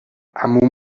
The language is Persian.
عموم